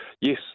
yes